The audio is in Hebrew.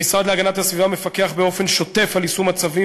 המשרד להגנת הסביבה מפקח באופן שוטף על יישום הצווים